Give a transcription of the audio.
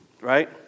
right